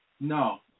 No